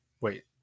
Wait